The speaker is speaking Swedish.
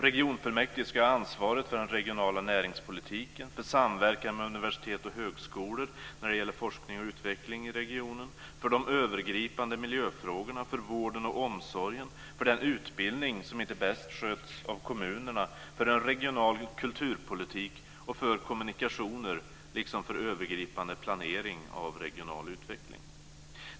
Regionfullmäktige ska ha ansvaret för den regionala näringspolitiken, för samverkan med universitet och högskolor när det gäller forskning och utveckling i regionen, för de övergripande miljöfrågorna, för vården och omsorgen, för den utbildning som inte bäst sköts av kommunerna, för en regional kulturpolitik och för kommunikationer liksom för övergripande planering av regional utveckling.